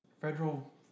federal